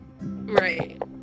Right